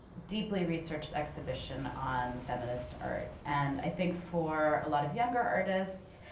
deeply researched exhibition on feminist art. and i think for a lot of younger artists,